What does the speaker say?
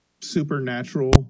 supernatural